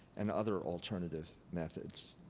and other alternative methods.